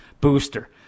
booster